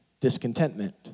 discontentment